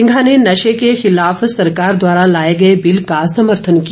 सिंघा ने नशे के खिलाफ सरकार द्वारा लाए गए बिल का समर्थन किया